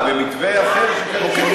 אה, במתווה אחר, שלא קשור לחוק.